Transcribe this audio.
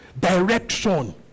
Direction